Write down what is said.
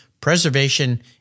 Preservation